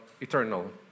eternal